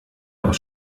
aus